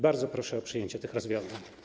Bardzo proszę o przyjęcie tych rozwiązań.